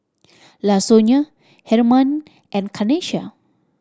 Lasonya Hermann and Kanesha